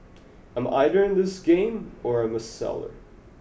I'm either in this game or I'm a seller